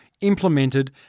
implemented